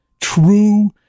true